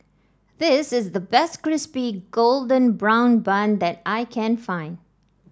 this is the best Crispy Golden Brown Bun that I can find